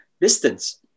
distance